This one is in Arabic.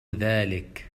ذلك